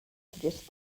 suggested